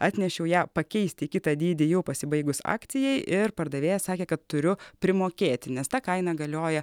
atnešiau ją pakeisti į kitą dydį jau pasibaigus akcijai ir pardavėja sakė kad turiu primokėti nes ta kaina galioja